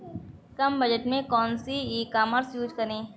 कम budget में कौन सी ई कॉमर्स यूज़ करें?